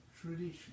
tradition